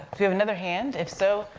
if you have another hand, if so,